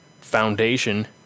foundation